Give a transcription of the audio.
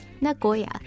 Nagoya